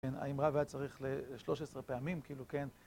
האמרה הייתה צריכה ל-13 פעמים, כאילו כן.